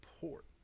support